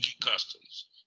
customs